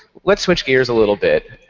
let's switch gears a little bit.